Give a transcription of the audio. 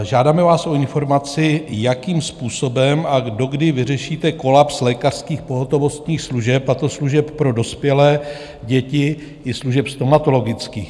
Žádáme vás o informaci, jakým způsobem a do kdy vyřešíte kolaps lékařských pohotovostních služeb, a to služeb pro dospělé, děti i služeb stomatologických.